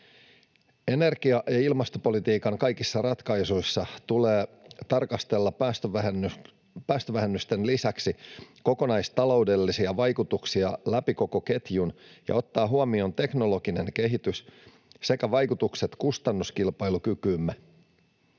Energia- ja ilmastopolitiikan kaikissa ratkaisuissa tulee tarkastella päästövähennysten lisäksi kokonaistaloudellisia vaikutuksia läpi koko ketjun ja ottaa huomioon teknologinen kehitys sekä vaikutukset kustannuskilpailukykyymme.